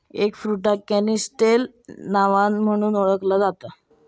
एगफ्रुटाक canistel नावान म्हणुन ओळखला जाता